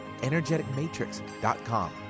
energeticmatrix.com